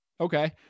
Okay